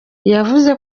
yavuze